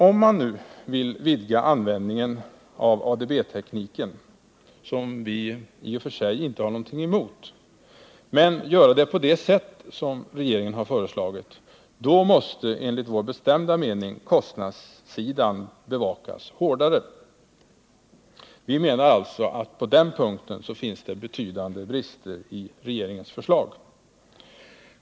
Om man nu vill vidga användningen av ADB-tekniken, som vi i och för sig inte har någonting emot, men göra det på det sätt som regeringen har föreslagit, då måste enligt vår bestämda mening kostnadssidan bevakas hårdare. Vi menar alltså att det på den punkten finns betydande brister i regeringens förslag.